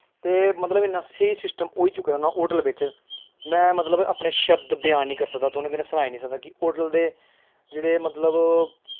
ते मतलब इ'न्ना स्हेई सिस्टम होई चुके दा ना होटल बिच में मतलब अपने शब्द बयान निं करी सकदा सनाई निं सकदा कि होटल दे जेह्ड़े मतलब